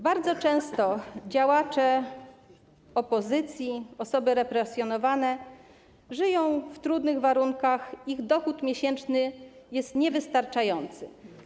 Bardzo często działacze opozycji, osoby represjonowane żyją w trudnych warunkach, a ich dochód miesięczny jest niewystarczający.